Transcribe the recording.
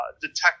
detect